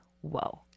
whoa